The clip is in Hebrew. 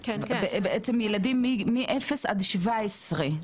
בעצם ילדים מאפס עד 17,